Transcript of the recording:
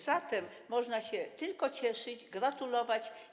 Zatem można się tylko cieszyć, gratulować.